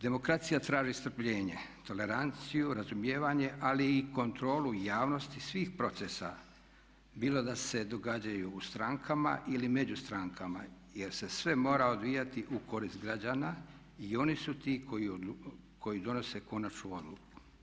Demokracija traži strpljenje, toleranciju, razumijevanje ali i kontrolu javnosti svih procesa bilo da se događaju u strankama ili među strankama jer se sve mora odvijati u korist građana i oni su ti koji donose konačnu odluku.